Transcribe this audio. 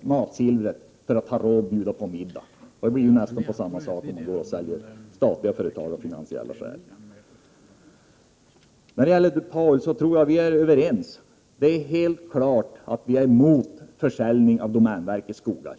matsilvret för att få råd att bjuda på middag. Det skulle vara ungefär detsamma, om man sålde statliga företag av finansiella skäl. Jag tror att Paul Lestander och jag är överens. Det är helt klart att vi är 121 emot försäljning av domänverkets skogar.